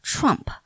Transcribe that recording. Trump